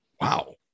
Wow